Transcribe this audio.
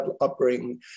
upbringing